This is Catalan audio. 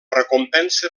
recompensa